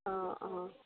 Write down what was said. অঁ অঁ